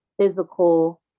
physical